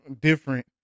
different